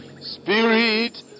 Spirit